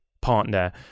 partner